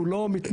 שהוא לא מתנפל,